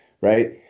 right